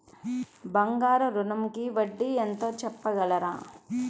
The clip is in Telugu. బంగారు ఋణంకి వడ్డీ ఎంతో చెప్పగలరా?